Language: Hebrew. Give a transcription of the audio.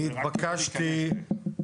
אני התבקשתי על ידי.